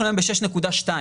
אנחנו היום ב-6.2 ביולי.